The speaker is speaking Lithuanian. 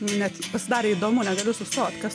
net pasidarė įdomu negaliu sustot kas